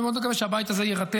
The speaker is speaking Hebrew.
אני מאוד מקווה שהבית הזה יירתם,